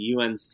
UNC